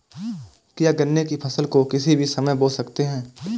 क्या गन्ने की फसल को किसी भी समय बो सकते हैं?